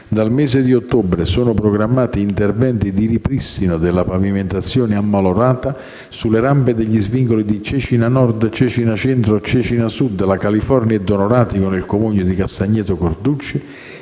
dal mese di ottobre sono programmati interventi di ripristino della pavimentazione ammalorata sulle rampe degli svincoli di Cecina Nord, Cecina Centro, Cecina Sud-la California e Donoratico nel Comune di Castagneto Carducci